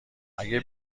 اگه